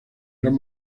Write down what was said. gran